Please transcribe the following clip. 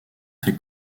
fait